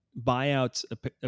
buyouts